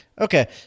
Okay